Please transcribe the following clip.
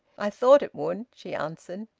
i thought it would, she answered.